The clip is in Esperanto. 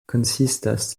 konsistas